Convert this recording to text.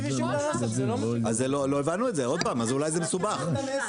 אז אולי זה מסובך.